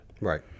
Right